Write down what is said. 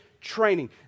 training